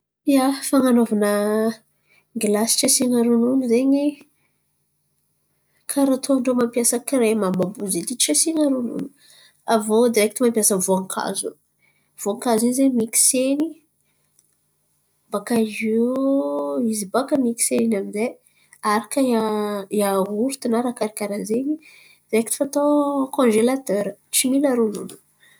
Ia, fan̈anovana gilasy tsy asian̈a ronono zen̈y karà ataon-drô mampiasa kiremy àby àby io tsy asiana ronono. Aviô direkity mampiasa voankazo, voankazo in̈y ze mikiseny bakaio izy baka mikisena amizay aharaka aorita na raha karà karàha zen̈y. Direkity fa atao kozelatera tsy mila ronono.